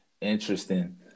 interesting